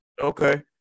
Okay